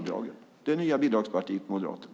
Det nya bidragspartiet Moderaterna!